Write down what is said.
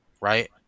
right